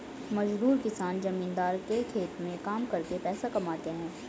मजदूर किसान जमींदार के खेत में काम करके पैसा कमाते है